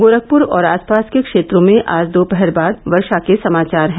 गोरखपुर और आसपास के क्षेत्रों में आज दोपहर बाद वर्षा के समाचार हैं